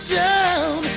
down